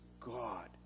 God